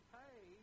pay